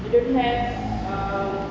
they don't have um